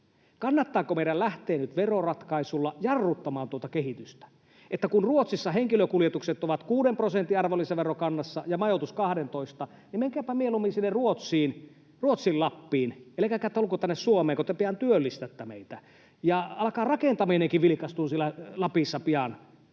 Kannattaako meidän lähteä nyt veroratkaisulla jarruttamaan tuota kehitystä? Että kun Ruotsissa henkilökuljetukset ovat kuuden prosentin arvonlisäverokannassa ja majoitus 12:n, niin menkääpä mieluummin sinne Ruotsin Lappiin, älkääkä tulko tänne Suomeen, kun te pian työllistätte meitä ja alkaa rakentaminenkin vilkastua siellä Lapissa pian